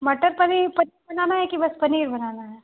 मटर पनीर बनाना है कि बस पनीर बनाना है